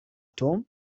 توم